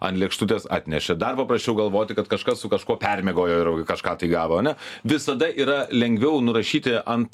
ant lėkštutės atnešė dar paprasčiau galvoti kad kažkas su kažkuo permiegojo ir kažką tai gavo ane visada yra lengviau nurašyti ant